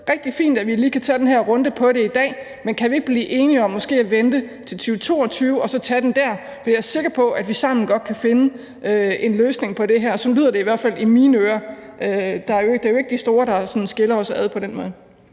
rigtig fint, at vi lige kan tage den her runde om det i dag, men kan vi ikke blive enige om måske at vente til 2022 og tage den der? For jeg er sikker på, at vi sammen godt kan finde en løsning på det her. Sådan lyder det i hvert fald i mine ører. Det er jo ikke det store, der skiller os ad på den måde.